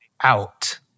out